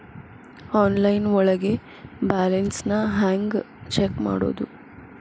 Online ಒಳಗೆ balance ಹ್ಯಾಂಗ check ಮಾಡೋದು?